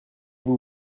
vous